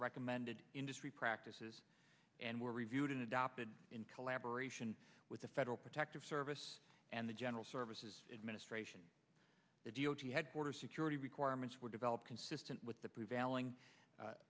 recommended industry practices and were reviewed adopted in collaboration with the federal protective service and the general services administration the d o t had border security requirements were developed consistent with the prevailing